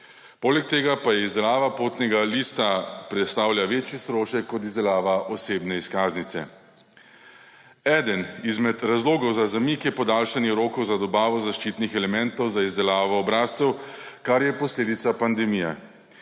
Poleg tega pa izdelava potnega lista predstavlja večji strošek kot izdelava osebne izkaznice. Eden izmed razlogov za zamik je podaljšanje rokov za dobavo zaščitnih elementov za izdelavo obrazcev, kar je posledica pandemije.